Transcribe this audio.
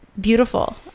beautiful